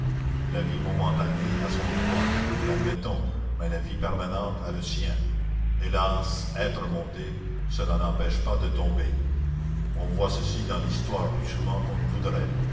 la vie momentanée a son droit nous l'admettons mais la vie permanente a le sien hélas être monté cela n'empêche pas de tomber on voit ceci dans l'histoire plus souvent qu'on ne voudrait